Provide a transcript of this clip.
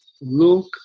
look